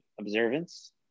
observance